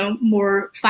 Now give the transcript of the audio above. more